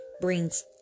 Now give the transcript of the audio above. brings